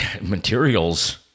materials